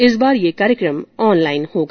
इस बार यह कार्यक्रम ऑनलाइन होगा